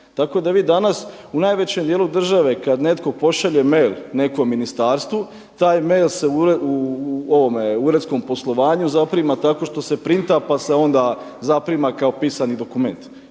Tako da vi danas u najvećem dijelu države kada netko pošalje mail nekom ministarstvu, taj mail se u uredskom poslovanju zaprima tako što se printa pa se onda zaprima kao pisani dokument